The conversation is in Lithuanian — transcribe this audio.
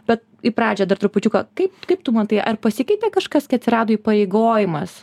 bet į pradžią dar trupučiuką kaip kaip tu matai ar pasikeitė kažkas kai atsirado įpareigojimas